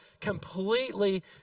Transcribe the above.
completely